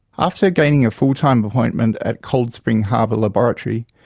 after gaining a full time appointment at cold spring harbor laboratory,